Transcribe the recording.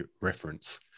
reference